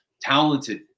Talented